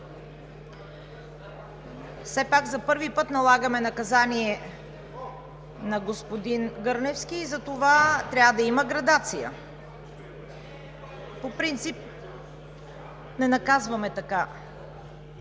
Все пак за първи път налагаме наказание на господин Гърневски и затова трябва да има градация. По принцип не наказваме така.